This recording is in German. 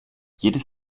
jedes